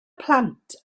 plant